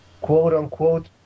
quote-unquote